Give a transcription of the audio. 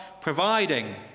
providing